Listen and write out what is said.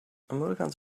emoticons